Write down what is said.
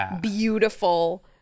beautiful